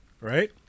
right